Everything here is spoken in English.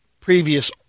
previous